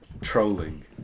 trolling